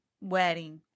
wedding